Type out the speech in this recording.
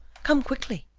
come quickly.